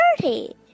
dirty